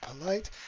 polite